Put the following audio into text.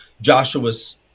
Joshua's